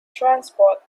transport